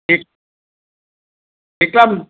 ઠીક કેટલાં રૂમ